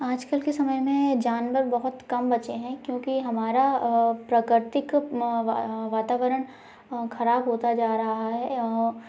आजकल के समय में जानवर बहोत कम बचे हैं क्योंकि हमारा अ प्राकृतीक अ वातावरण अ खराब होता जा रहा है और